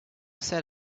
said